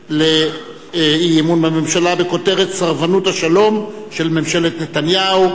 חד"ש לאי-אמון בממשלה בכותרת: סרבנות השלום של ממשלת נתניהו.